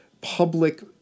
public